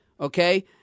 Okay